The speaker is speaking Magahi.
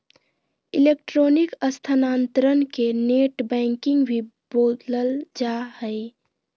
इलेक्ट्रॉनिक स्थानान्तरण के नेट बैंकिंग भी बोलल जा हइ